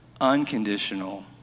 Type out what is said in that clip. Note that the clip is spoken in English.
unconditional